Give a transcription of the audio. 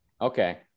Okay